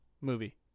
movie